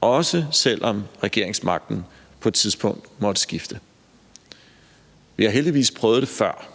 også selv om regeringsmagten på et tidspunkt måtte skifte. Vi har heldigvis prøvet det før.